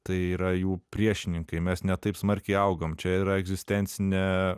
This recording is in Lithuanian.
tai yra jų priešininkai mes ne taip smarkiai augam čia yra egzistencinė